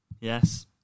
yes